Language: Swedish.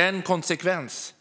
En konsekvens